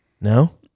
No